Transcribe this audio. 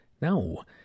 No